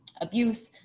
abuse